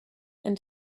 and